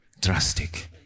drastic